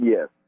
Yes